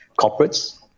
corporates